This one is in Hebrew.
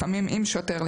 לפעמים עם שוטר,